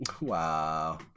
wow